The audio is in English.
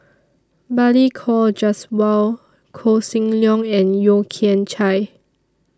Balli Kaur Jaswal Koh Seng Leong and Yeo Kian Chye